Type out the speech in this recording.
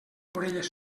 orelles